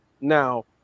Now